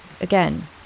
again